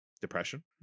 depression